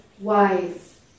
wise